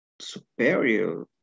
superior